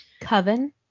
coven